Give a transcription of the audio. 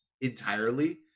entirely